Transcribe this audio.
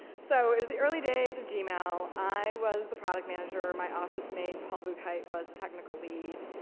so it was the early days of gmail. i was the product manager, my office mate, paul buchheit was the technical lead.